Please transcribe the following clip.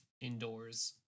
indoors